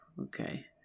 okay